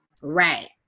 Right